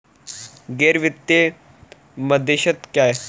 गैर वित्तीय मध्यस्थ क्या हैं?